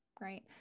Right